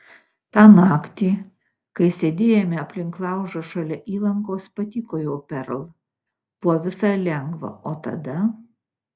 tą naktį kai sėdėjome aplink laužą šalia įlankos patykojau perl buvo visai lengva o tada